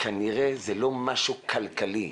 כנראה זה לא משהו כלכלי.